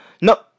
No